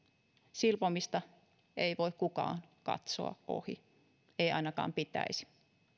silpomista ei voi kukaan katsoa ohi ei ainakaan pitäisi